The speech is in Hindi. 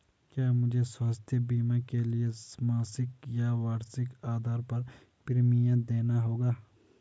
क्या मुझे स्वास्थ्य बीमा के लिए मासिक या वार्षिक आधार पर प्रीमियम देना होगा?